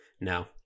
no